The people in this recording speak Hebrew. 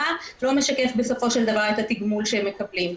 לא משקף בסופו של דבר את התיגמול שהם מקבלים.